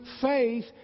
faith